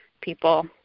people